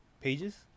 pages